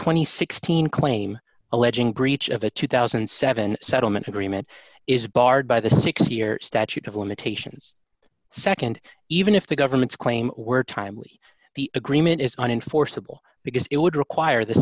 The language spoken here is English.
and sixteen claim alleging breach of a two thousand and seven settlement agreement is barred by the six year statute of limitations nd even if the government's claim were timely the agreement is unenforceable because it would require the